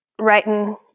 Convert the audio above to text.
writing